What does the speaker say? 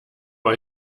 war